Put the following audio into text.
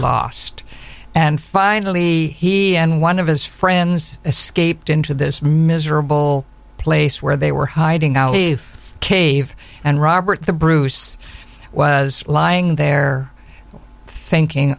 lost and finally he and one of his friends escaped into this miserable place where they were hiding out the cave and robert the bruce was lying there thinking